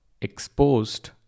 exposed